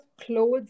clothes